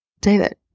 david